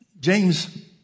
James